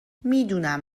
میدونم